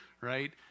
right